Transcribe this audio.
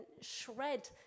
shred